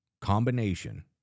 combination